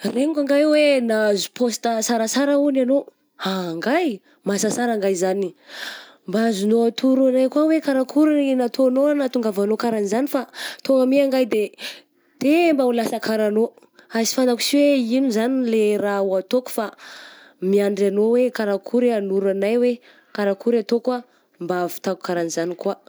Regniko angay hoe nahazo posta sarasara hono anao, angahy! Mahasasara angay izany, mba azonao hatoro anay koa hoe karakory nataonao nahatongavanao karan'izany fa tô my angay de te mba ho lasa kara anao, fa sy fantako sy hoe ino mo zany le raha ho ataoko fa miandry anao hoe karakory ah hagnoro anay hoe karakory ataoko ah mba hahavitako karaha an'izany koa?